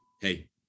Hey